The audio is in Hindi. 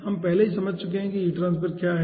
हम पहले ही समझ चुके हैं कि हीट ट्रांसफर क्या है